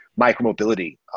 micromobility